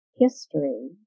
history